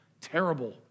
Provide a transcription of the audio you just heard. terrible